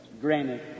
granted